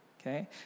Okay